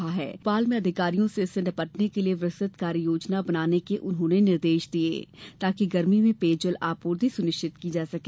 श्री नाथ ने आज भोपाल में अधिकारियों से इससे निबटने के लिए विस्तृत कार्ययोजना बनाने के निर्देश दिये ताकि गर्मी में पेयजल आपूर्ति सुनिश्चित की जा सके